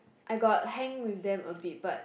I got hang with them a bit but